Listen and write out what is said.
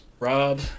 Rob